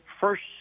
first